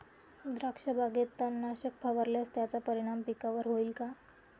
द्राक्षबागेत तणनाशक फवारल्यास त्याचा परिणाम पिकावर होईल का?